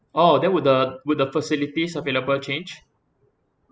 oh then would the would the facilities available change